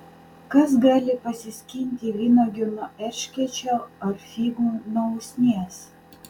kas gali pasiskinti vynuogių nuo erškėčio ar figų nuo usnies